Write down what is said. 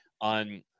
on